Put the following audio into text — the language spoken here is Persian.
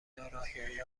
داراییهای